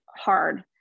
hard